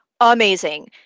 amazing